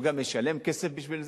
הוא גם משלם כסף בשביל זה,